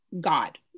God